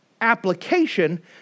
application